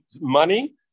money